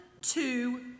two